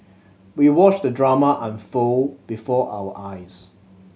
we watched the drama unfold before our eyes